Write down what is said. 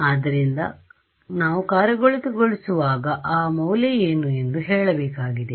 ಆದ್ದರಿಂದ ನಾವು ಕಾರ್ಯಗತಗೊಳಿಸುವಾಗ ಆ ಮೌಲ್ಯ ಏನು ಎಂದು ಹೇಳಬೇಕಾಗಿದೆ